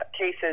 cases